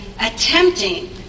attempting